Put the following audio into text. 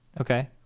Okay